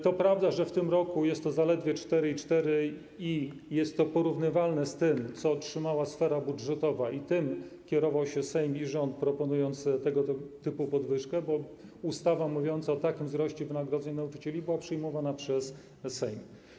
To prawda, że w tym roku jest to zaledwie 4,4% i jest to porównywalne z tym, co otrzymała sfera budżetowa, i tym kierował się Sejm i rząd, proponując tego typu podwyżkę, bo ustawa mówiąca o takim wzroście wynagrodzeń nauczycieli była przyjmowana przez Sejm.